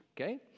okay